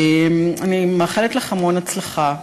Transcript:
אני מאחלת לך המון הצלחה.